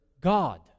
God